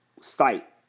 site